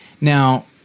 Now